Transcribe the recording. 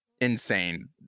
insane